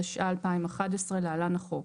התשע"א-2011 (להלן - החוק),